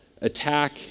attack